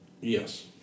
Yes